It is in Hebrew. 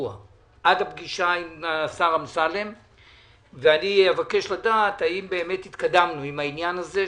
לעדכן את החברים ואני רוצה להגיד גם את עמדתי: